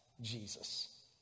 Jesus